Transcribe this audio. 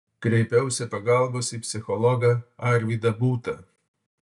kreipiausi pagalbos į psichologą arvydą būtą